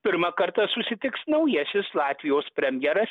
pirmą kartą susitiks naujasis latvijos premjeras